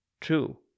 true